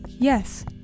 Yes